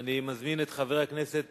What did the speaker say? אני מזמין את חבר הכנסת